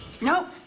Nope